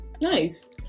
Nice